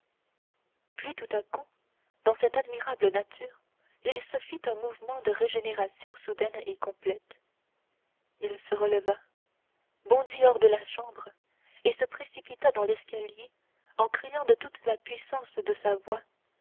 puis tout à coup dans cette admirable nature il se fit un mouvement de régénération soudaine et complète il se releva bondit hors de la chambre et se précipita dans l'escalier en criant de toute la puissance de sa voix